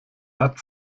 hat